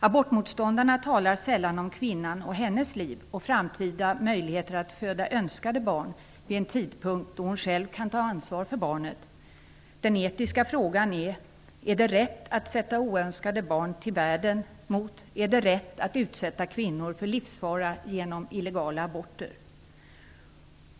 Abortmotståndarna talar sällan om kvinnan och hennes liv och framtida möjligheter att föda önskade barn vid en tidpunkt då hon själv kan ta ansvar för barnet. Den etiska frågan är: Är det rätt att sätta oönskade barn till världen? Är det rätt att utsätta kvinnor för livsfara genom illegala aborter?